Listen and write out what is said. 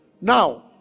Now